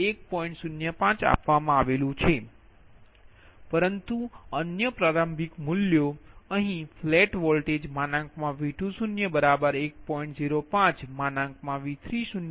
05 લીધુ છે પરંતુ અન્ય પ્રારંભિક કોણ મૂલ્યો અહીં ફ્લેટ વોલ્ટેજ V20 1